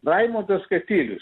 raimundas katilius